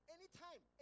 Anytime